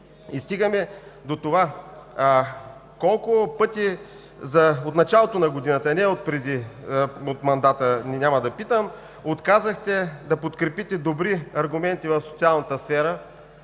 Стигаме до това: колко пъти от началото на годината, а не от началото на Вашия мандат – няма да питам, отказахте да подкрепите добри аргументи в социалната сфера,